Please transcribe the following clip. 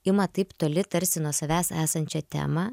ima taip toli tarsi nuo savęs esančią temą